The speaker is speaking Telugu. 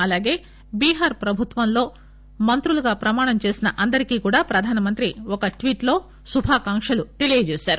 అలాగే బీహార్ ప్రభుత్వంలో మంత్రులుగా ప్రమాణం చేసిన అందరికీ కూడా ప్రధానమంత్రి ఒక ట్వీట్ లో శుభాకాంక్షలు తెలియజేశారు